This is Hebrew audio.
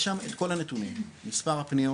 יש שם את כל הנתונים, מספר הפניות,